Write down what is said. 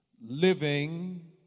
living